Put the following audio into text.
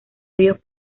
ríos